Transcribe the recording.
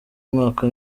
umwaka